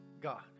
God